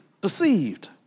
deceived